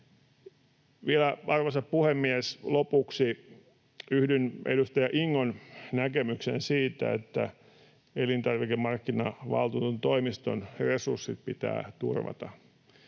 Arvoisa puhemies! Vielä lopuksi: Yhdyn edustaja Ingon näkemykseen siitä, että elintarvikemarkkinavaltuutetun toimiston resurssit pitää turvata.